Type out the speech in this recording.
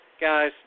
Guys